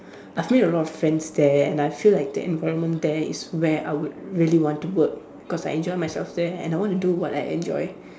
I've made a lot of friends there and I feel like the environment there is where I would really want to work cause I enjoy myself there and I want to do what I enjoy